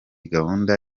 gahunda